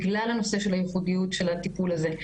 בגלל הנושא של הייחודיות של הטיפול הזה,